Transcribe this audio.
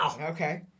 Okay